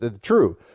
true